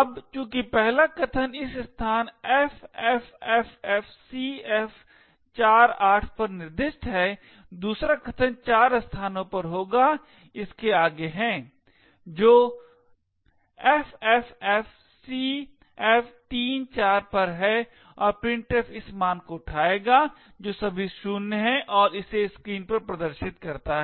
अब चूंकि पहला कथन इस स्थान ffffcf48 पर निर्दिष्ट है दूसरा कथन चार स्थानों पर होगा इसके आगे है जो fffcf34 पर है और printf इस मान को उठाएगा जो सभी शून्य है और इसे स्क्रीन पर प्रदर्शित करता है